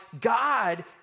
God